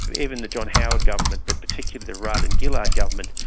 even the john howard government but particularly the rudd and gillard government,